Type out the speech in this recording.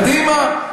קדימה.